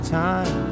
time